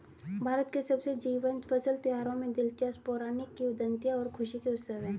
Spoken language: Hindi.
भारत के सबसे जीवंत फसल त्योहारों में दिलचस्प पौराणिक किंवदंतियां और खुशी के उत्सव है